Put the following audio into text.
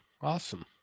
awesome